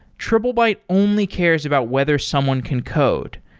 triplebyte only cares about whether someone can code.